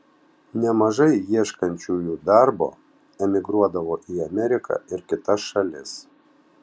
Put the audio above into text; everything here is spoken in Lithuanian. nemažai ieškančiųjų darbo emigruodavo į ameriką ir kitas šalis